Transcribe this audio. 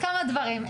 אז כמה דברים.